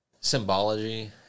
symbology